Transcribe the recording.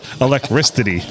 Electricity